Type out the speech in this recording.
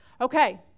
Okay